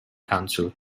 council